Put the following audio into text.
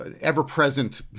ever-present